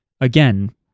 again